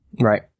Right